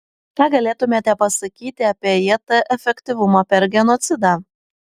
ką galėtumėte pasakyti apie jt efektyvumą per genocidą